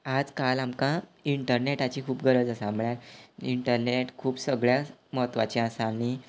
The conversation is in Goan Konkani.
आजकाल आमकां इंटरनॅटाची खूब गरज आसा म्हळ्या इंटर्नेट खूब सगळ्यांत म्हत्वाचें आसा आनी